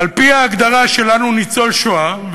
ועל-פי ההגדרה שלנו ניצול שואה,